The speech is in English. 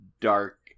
dark